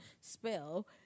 spell